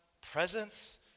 presence